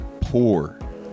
poor